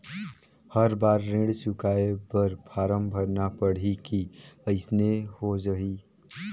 हर बार ऋण चुकाय बर फारम भरना पड़ही की अइसने हो जहीं?